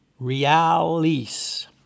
Realis